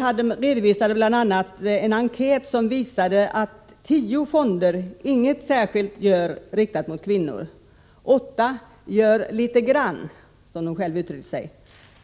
a. redovisades en enkät som visar att tio fonder inte gör något särskilt för kvinnor, åtta ”gör lite grann” som de själva uttrycker sig,